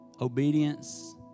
Obedience